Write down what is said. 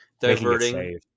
diverting